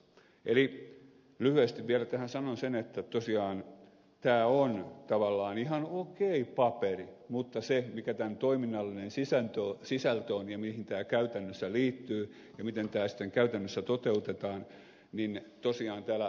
eli lyhyesti vielä tähän sanon sen että tosiaan tämä on tavallaan ihan okei paperi mutta se mikä tämän toiminnallinen sisältö on ja mihin tämä käytännössä liittyy ja miten tämä sitten käytännössä toteutetaan niin tosiaan täällä ed